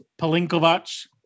Palinkovac